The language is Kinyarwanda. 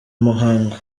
muhango